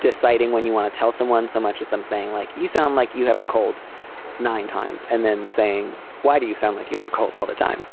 deciding when you want to tell someone so much as them saying like you sound like you have a cold nine times and then saying why do you sound like you have a cold all the time.